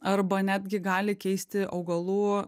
arba netgi gali keisti augalų